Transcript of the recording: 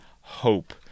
hope